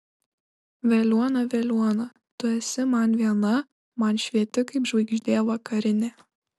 veliuona veliuona tu esi man viena man švieti kaip žvaigždė vakarinė